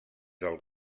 del